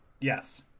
yes